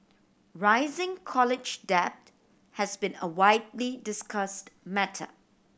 rising college debt has been a widely discussed matter